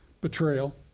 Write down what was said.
betrayal